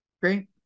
Great